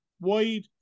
wide